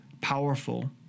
powerful